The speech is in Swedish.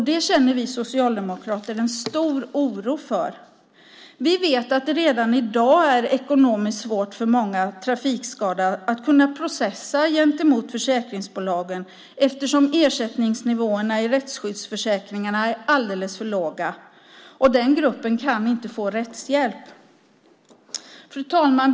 Det känner vi socialdemokrater en stor oro för. Vi vet att det redan i dag är ekonomiskt svårt för många trafikskadade att processa gentemot försäkringsbolagen eftersom ersättningsnivåerna i rättsskyddsförsäkringarna är alldeles för låga, och den gruppen kan inte få rättshjälp. Fru talman!